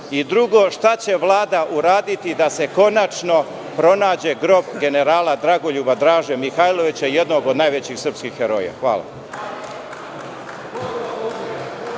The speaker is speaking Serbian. šta će Vlada uraditi da se konačno pronađe grob generala Dragoljuba Draže Mihajlovića, jednog od najvećih srpskih heroja? Hvala.